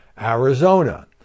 Arizona